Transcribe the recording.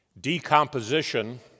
decomposition